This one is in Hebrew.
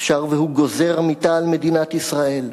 אפשר שהוא גוזר מיתה על מדינת ישראל.